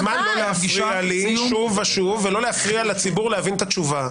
אתה מוזמן לא להפריע לי שוב ושוב ולא להפריע לציבור להבין את התשובה.